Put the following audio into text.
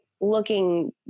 looking